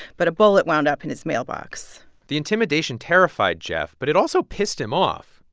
but a bullet wound up in his mailbox the intimidation terrified jeff, but it also pissed him off.